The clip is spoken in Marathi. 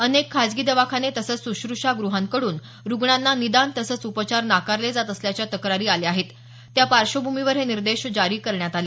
अनेक खासगी दवाखाने तसंच सुश्रषा गृहांकड्रन रुग्णांना निदान तसंच उपचार नाकारले जात असल्याच्या तक्रारी आल्या आहेत त्या पार्श्वभूमीवर हे निर्देश जारी करण्यात आले